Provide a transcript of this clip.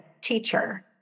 teacher